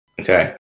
Okay